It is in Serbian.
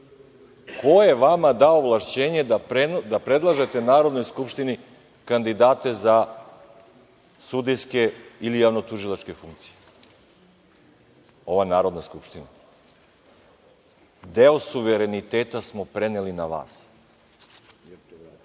Ko je vama dao ovlašćenje da predlažete Narodnoj skupštini kandidate za sudijske ili javnotužilačke funkcije? Ova Narodna skupština. Deo suvereniteta smo preneli na vas,